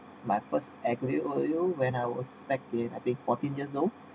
my first agli olio when I was speculate I think fourteen years old